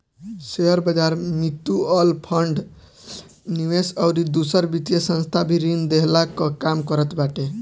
शेयरबाजार, mutual fund, निवेश अउरी दूसर वित्तीय संस्था भी ऋण देहला कअ काम करत बाटे